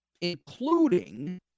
including